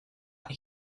that